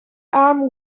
arm